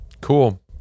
Cool